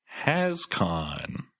hascon